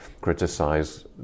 criticise